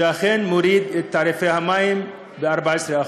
שאכן מוריד את תעריפי המים ב-14%,